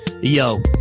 Yo